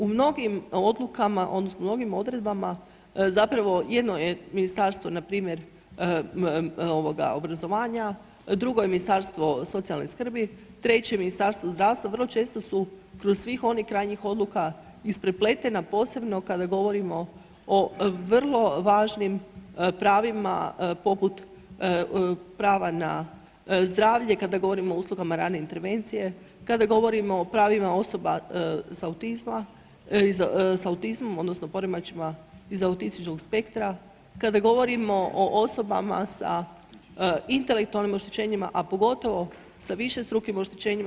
U mnogim odlukama odnosno mnogim odredbama, zapravo jedno je ministarstvo npr. obrazovanja, drugo je Ministarstvo socijalne skrbi, treće Ministarstvo zdravstva, vrlo često su kroz svih onih krajnjih odluka isprepletena posebno kada govorimo o vrlo važnim pravima poput prava na zdravlje, kada govorimo o uslugama rane intervencije, kada govorimo o pravima osoba sa autizmom odnosno poremećajima iz autističkog spektra, kada govorimo o osobama sa intelektualnim oštećenjima, a pogotovo sa višestrukim oštećenjima.